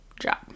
job